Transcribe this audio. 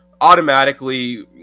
automatically